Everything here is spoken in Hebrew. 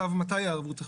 מתי הערבות תחולט?